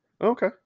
Okay